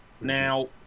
Now